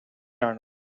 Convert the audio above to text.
lana